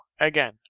again